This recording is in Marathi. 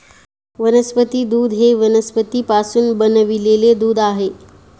वनस्पती दूध हे वनस्पतींपासून बनविलेले दूध आहे